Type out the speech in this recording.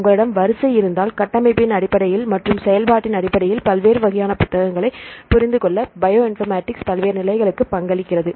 உங்களிடம் வரிசை இருந்தால் கட்டமைப்பின் அடிப்படையில் மற்றும் செயல்பாட்டின் அடிப்படையில் பல்வேறு வகையான புரதங்களைப் புரிந்துகொள்ள பயோ இன்ஃபர்மேடிக்ஸ் பல்வேறு நிலைகளுக்கு பங்களிக்கிறது